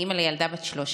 אני אימא לילדה בת 13,